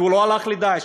והוא לא הלך ל"דאעש".